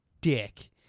dick